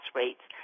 rates